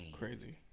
Crazy